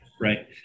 right